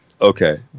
Okay